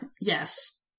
Yes